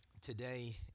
Today